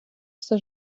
все